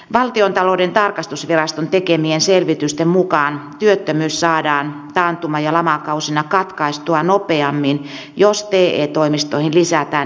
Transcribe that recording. valtiontalouden tarkastusviraston tekemien selvitysten mukaan työttömyys saadaan taantuma ja lamakausina katkaistua nopeammin jos te toimistoihin lisätään henkilökuntaa